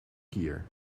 kier